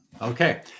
Okay